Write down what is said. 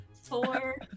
four